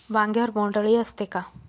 वांग्यावर बोंडअळी असते का?